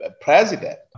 president